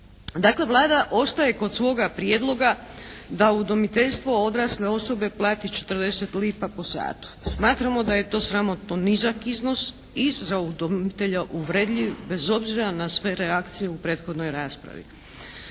Vlada ostaje kod svoga prijedloga da udomiteljstvo odrasle osobe plati 40 lipa po satu. Smatramo da je to sramotno nizak iznos i za udomitelja uvredljiv bez obzira na sve reakcije u prethodnoj raspravi.